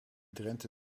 drenthe